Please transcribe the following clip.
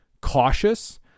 cautious